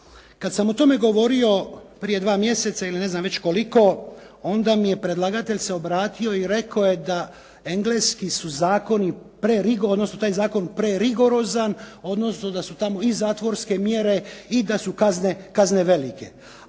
Kad sam o tome govorio prije 2 mjeseca ili ne znam već koliko, onda mi je predlagatelj se obratio i rekao je da engleski su zakoni prerigorozni, odnosno taj zakon je prerigorozan, odnosno da su tamo i zatvorske mjere i da su kazne velike.